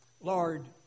Lord